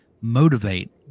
motivate